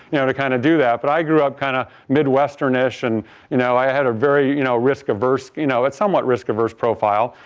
you know to kind of do that, but i grew up kind of midwestern-ish and you know i had a very you know risk averse, you know somewhat risk averse profile.